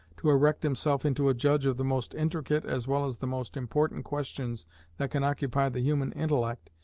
to erect himself into a judge of the most intricate as well as the most important questions that can occupy the human intellect,